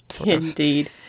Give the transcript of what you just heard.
Indeed